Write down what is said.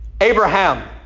Abraham